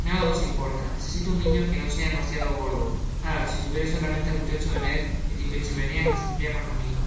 nadaos importa necesito un niño que no sea demasiado gordo ah si tuviera solamente el muchacho de ned el limpia chimeneas me saldria con la mia le